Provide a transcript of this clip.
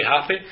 happy